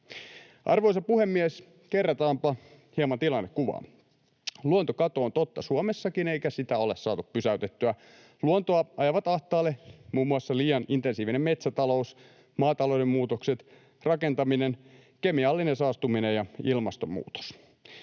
Arvoisa puhemies! Kerrataanpa hieman tilannekuvaa: Luontokato on totta Suomessakin, eikä sitä ole saatu pysäytettyä. Luontoa ajavat ahtaalle muun muassa liian intensiivinen metsätalous, maatalouden muutokset, rakentaminen, kemiallinen saastuminen ja ilmastonmuutos.